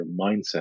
mindset